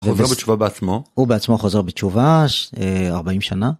חוזר בתשובה בעצמו הוא בעצמו חוזר בתשובה 40 שנה.